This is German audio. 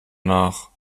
nach